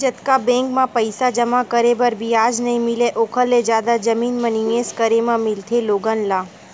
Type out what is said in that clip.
जतका बेंक म पइसा जमा करे म बियाज नइ मिलय ओखर ले जादा जमीन म निवेस करे म मिलथे लोगन ल